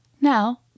Now